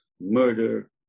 murder